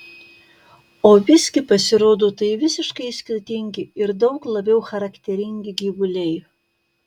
o visgi pasirodo tai visiškai skirtingi ir daug labiau charakteringi gyvuliai